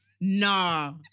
Nah